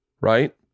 right